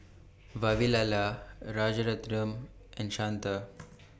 Vavilala Rajaratnam and Santha